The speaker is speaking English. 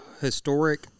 historic